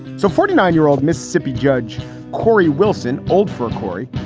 so. forty nine year old mississippi judge corey wilson, old for corey,